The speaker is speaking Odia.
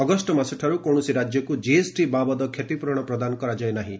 ଅଗଷ୍ଟମାସଠାରୁ କୌଣସି ରାଜ୍ୟକୁ ଜିଏସଟି ବାବଦ କ୍ଷତିପ୍ରରଣ ପ୍ରଦାନ କରାଯାଇ ନାହିଁ